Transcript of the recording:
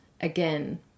again